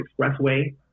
expressway